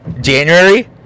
January